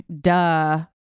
duh